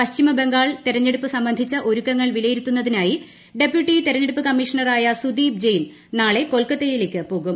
പശ്ചിമ ബംഗാളിൽ തെരഞ്ഞെടുപ്പ് സംബന്ധിച്ച ഒരുക്കങ്ങൾ വിലയിരുത്തുന്നതിനായി ഡെപ്യൂട്ടി തെരഞ്ഞെടുപ്പ് കമ്മീഷണറായ സുദീപ് ജെയിൻ നാളെ കൊൽക്കത്തയിലേക്ക് പോകും